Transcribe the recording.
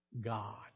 God